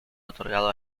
otorgado